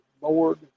board